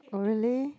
oh really